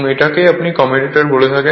এটাকেই আপনি কমিউটার বলে থাকেন